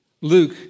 Luke